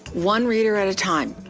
one reader at a time.